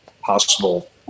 possible